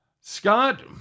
Scott